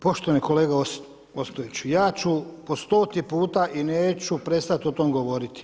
Poštovani kolega Ostojiću, ja ću po stoti puta i neću prestat o tome govoriti.